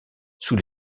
sous